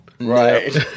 Right